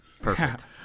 Perfect